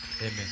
Amen